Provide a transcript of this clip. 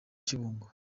kibungo